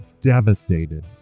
devastated